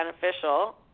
beneficial